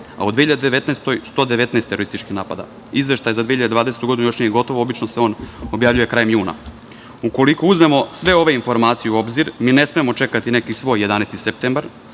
godini 119 terorističkih napada. Izveštaj za 2020. godinu još nije gotov, obično se on objavljuje krajem juna. Ukoliko uzmemo sve ove informacije u obzir, mi ne smemo čekati neki svoj 11. septembar,